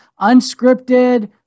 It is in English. unscripted